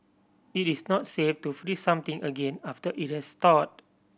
it is not safe to freeze something again after it has thawed